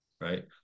right